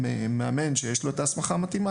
מאמן שיש לו את ההסמכה המתאימה,